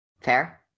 Fair